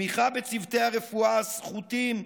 תמיכה בצוותי הרפואה הסחוטים,